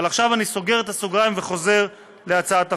אבל עכשיו אני סוגר את הסוגריים וחוזר להצעת החוק.